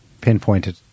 pinpointed